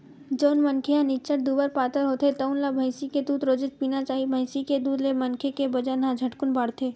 जउन मनखे ह निच्चट दुबर पातर होथे तउन ल भइसी के दूद रोजेच पीना चाही, भइसी के दूद ले मनखे के बजन ह झटकुन बाड़थे